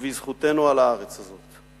וגם בזכותנו על הארץ הזאת.